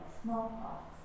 smallpox